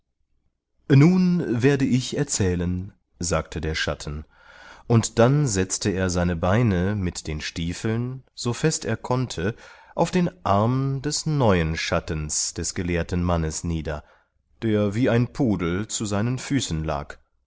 nun werde ich erzählen sagte der schatten und dann setzte er seine beine mit den stiefeln so fest er konnte auf den arm des neuen schattens des gelehrten mannes nieder der wie ein pudel zu seinen füßen lag